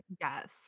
yes